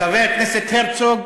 חבר הכנסת הרצוג,